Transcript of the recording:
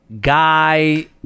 guy